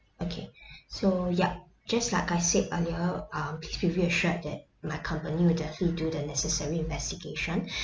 okay so yup just like I said earlier um please be reassured that my company will definitely do the necessary investigation